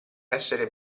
essere